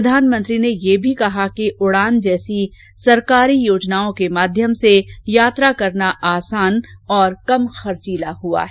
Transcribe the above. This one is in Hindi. प्रधानमंत्री ने यह भी कहा कि उड़ान जैसी सरकारी योजनाओं के माध्यम से यात्रा करना आसान और कम खर्चीला हुआ है